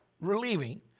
relieving